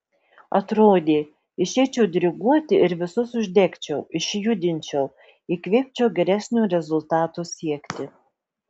atrodė išeičiau diriguoti ir visus uždegčiau išjudinčiau įkvėpčiau geresnio rezultato siekti